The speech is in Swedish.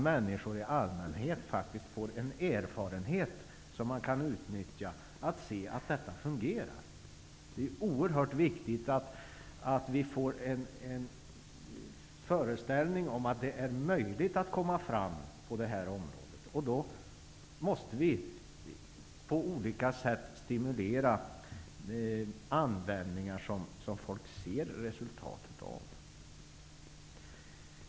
Människor i allmänhet bör få erfarenhet av att detta fungerar. Det är oerhört viktigt att vi får en föreställning om att det är möjligt att komma fram på det här området. Då måste vi på olika sätt stimulera användningar som folk ser resultatet av.